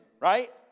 right